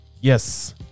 Yes